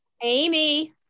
Amy